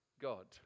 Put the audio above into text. God